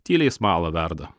tyliai smalą verda